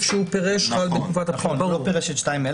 הוא לא פירש את 2א,